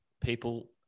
People